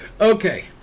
okay